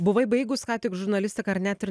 buvai baigus ką tik žurnalistiką ar net ir